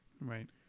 Right